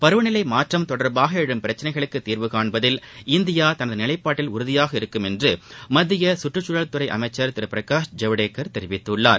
பருவநிலை மாற்றம் தொடர்பாக எழும் பிரச்சினைகளுக்குத் தீர்வு காண்பதில் இந்தியா தனது நிலைப்பாட்டில் உறுதியாக இருக்கும் என்று மத்திய சுற்றுச்சூழல் துறை அமைச்சர் திரு பிரகாஷ் ஜவ்டேகர் தெரிவித்துள்ளார்